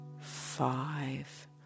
five